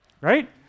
right